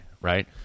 right